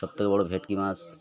সব থেকে বড় ভেটকি মাছ